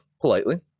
politely